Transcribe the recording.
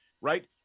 right